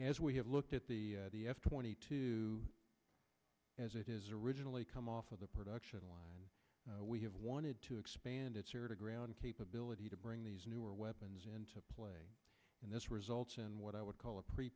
as we have looked at the f twenty two as it is originally come off of the production line and we have wanted to to expand its air to ground capability to bring these newer weapons into play and this results in what i would call a pre